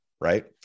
Right